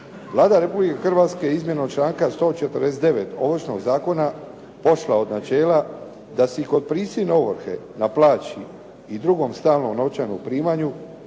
Vlada Republike Hrvatske je izmjenom članka 149. Ovršnog zakona pošla od načela da se i kod prisilne ovrhe na plaći i drugom stalnom novčanom primanju